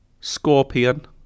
Scorpion